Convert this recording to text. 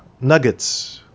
nuggets